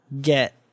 get